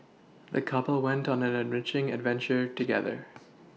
the couple went on an enriching adventure together